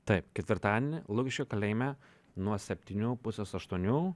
taip ketvirtadienį lukiškių kalėjime nuo septynių pusės aštuonių